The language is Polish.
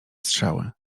strzały